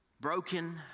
broken